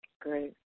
Great